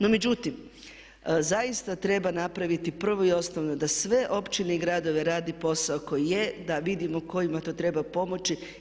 No međutim, zaista treba napraviti prvo i osnovno da sve općine i gradovi rade posao koji je, da vidimo kojima to treba pomoći.